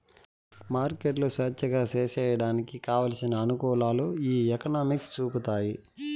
మార్కెట్లు స్వేచ్ఛగా సేసేయడానికి కావలసిన అనుకూలాలు ఈ ఎకనామిక్స్ చూపుతాది